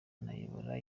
anayobora